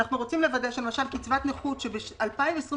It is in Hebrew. אנחנו רוצים לוודא שלמשל קצבת נכות שבשנת 2022